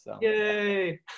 Yay